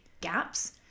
gaps